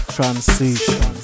Transition